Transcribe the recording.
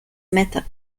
method